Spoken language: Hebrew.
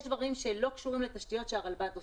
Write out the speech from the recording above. יש דברים שלא קשורים לתשתיות שהרלב"ד עושה.